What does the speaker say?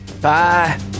Bye